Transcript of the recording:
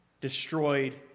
destroyed